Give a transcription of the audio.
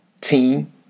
team